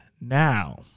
now